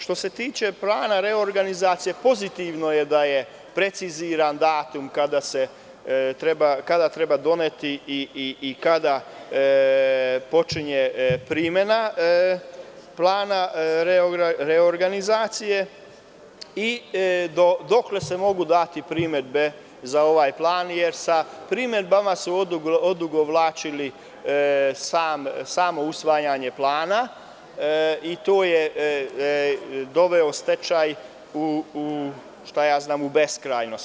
Što se tiče plana reorganizacije, pozitivno je da je preciziran datum kada treba doneti i kada počinje primena plana reorganizacije i dokle se mogu dati primedbe za ovaj plan, jer sa primedbama su odugovlačili samo usvajanje plana i to je dovelo stečaj u beskrajnost.